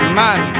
man